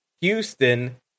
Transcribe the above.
Houston